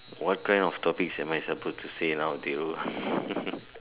what kind of topics am I supposed to say now Thiru